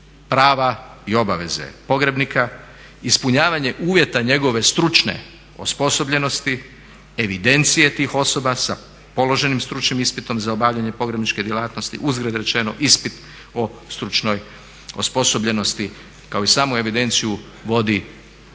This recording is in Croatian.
prava i obaveze pogrebnika, ispunjavanje uvjeta njegove stručne osposobljenosti, evidencije tih osoba sa položenim stručnim ispitom za obavljanje pogrebničke djelatnosti uzgred rečeno ispit o stručnoj osposobljenosti kao i samu evidenciju vodi